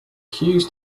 hughes